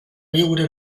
viure